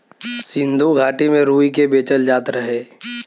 सिन्धु घाटी में रुई के बेचल जात रहे